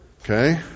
okay